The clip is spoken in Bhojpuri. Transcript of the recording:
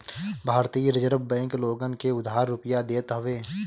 भारतीय रिजर्ब बैंक लोगन के उधार रुपिया देत हवे